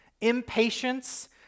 impatience